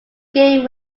game